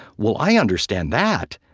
well, i understand that.